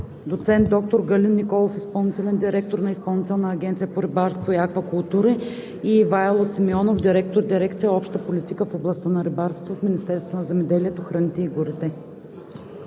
доцент доктор Галин Николов – изпълнителен директор на Изпълнителна агенция по рибарство и аквакултури, и Ивайло Симеонов – директор на дирекция „Обща политика в областта на рибарството“ в Министерството на земеделието, храните и горите.